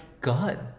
gun